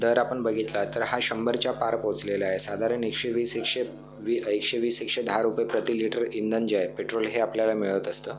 दर आपण बघितला तर हा शंभरच्या पार पोचलेला आहे साधारण एकशे वीस एकशे वी एकशे वीस एकशे दहा रुपये प्रति लिटर इंधन जे आहे पेट्रोल हे आपल्याला मिळत असतं